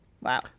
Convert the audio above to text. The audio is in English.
Wow